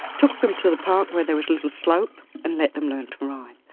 took them to the park where there was a little slope and let them learn to ride.